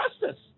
justice